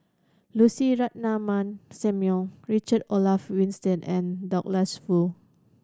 Lucy Ratnammah Samuel Richard Olaf Winstedt and Douglas Foo